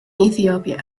ethiopia